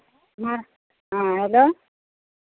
हाँ हेलो